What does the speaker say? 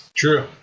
True